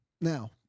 Now